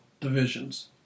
divisions